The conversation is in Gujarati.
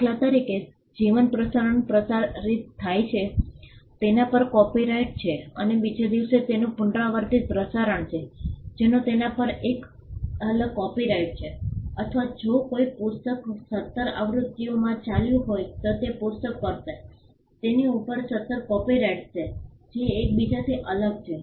દાખલા તરીકે જીવન પ્રસારણ પ્રસારિત થાય છે તેના પર કોપિરાઇટ છે અને બીજે દિવસે તેનું પુનરાવર્તિત પ્રસારણ છે જેનો તેના ઉપર એક અલગ કોપિરાઇટ છે અથવા જો કોઈ પુસ્તક સત્તર આવૃત્તિઓમાં ચાલ્યું હોય તો તે પુસ્તક કરશે તેની ઉપર સત્તર કોપિરાઇટ્સ છે જે એકબીજાથી અલગ છે